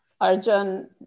Arjun